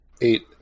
eight